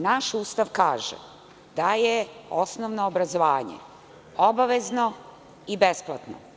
Naš Ustav kaže da je osnovno obrazovanje obavezno i besplatno.